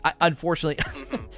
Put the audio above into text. Unfortunately